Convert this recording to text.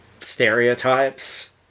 stereotypes